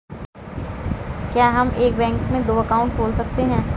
क्या हम एक बैंक में दो अकाउंट खोल सकते हैं?